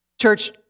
Church